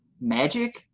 magic